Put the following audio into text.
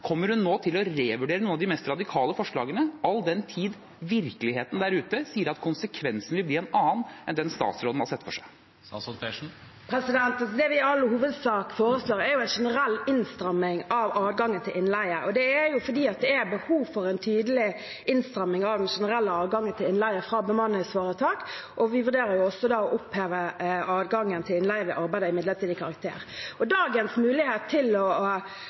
Kommer hun nå til å revurdere noen av de mest radikale forslagene, all den tid virkeligheten der ute sier at konsekvensen vil bli en annen enn den statsråden har sett for seg? Det vi i all hovedsak foreslår, er en generell innstramming av adgangen til innleie, og det er fordi det er behov for en tydelig innstramming av den generelle adgangen til innleie fra bemanningsforetak. Vi vurderer også å oppheve adgangen til innleie ved arbeid av midlertidig karakter. Dagens mulighet til å